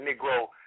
Negro